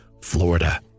Florida